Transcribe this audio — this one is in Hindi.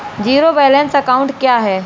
ज़ीरो बैलेंस अकाउंट क्या है?